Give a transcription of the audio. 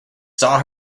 saw